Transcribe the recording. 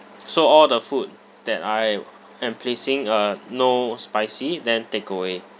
so all the food that I am placing uh no spicy then takeaway